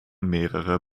mehrere